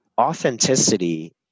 authenticity